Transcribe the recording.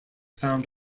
found